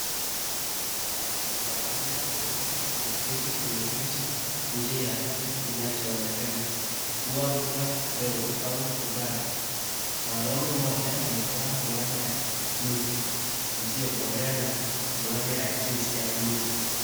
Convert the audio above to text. Wanaume wawili wameketi kwenye viti nje ya kile kinachoonekana kuwa duka dogo au kibata . Mwanaume mmoja amevaa fulana ya buluu isiyokolea na suruali ya jeans ya buluu.